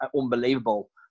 unbelievable